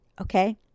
Okay